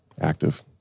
active